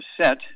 set